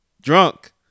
drunk